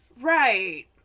Right